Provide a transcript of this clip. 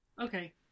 Okay